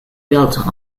built